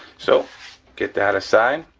so get that aside,